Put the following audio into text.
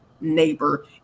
neighbor